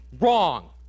wrong